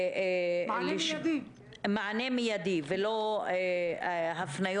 אבל ללא ספק הצורך הוא ממש קיים ברמה